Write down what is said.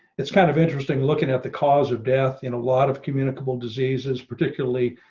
it's kind of interesting looking at the cause of death in a lot of communicable diseases, particularly